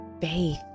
faith